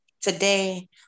today